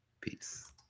Peace